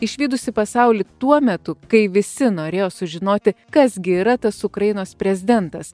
išvydusi pasaulį tuo metu kai visi norėjo sužinoti kas gi yra tas ukrainos prezidentas